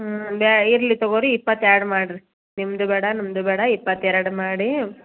ಹ್ಞೂ ಬ್ಯಾ ಇರಲಿ ತೊಗೊಳ್ರಿ ಇಪ್ಪತ್ತೆರಡು ಮಾಡಿರಿ ನಿಮ್ಮದೂ ಬೇಡ ನಮ್ಮದೂ ಬೇಡ ಇಪ್ಪತ್ತೆರಡು ಮಾಡಿ